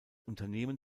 unternehmen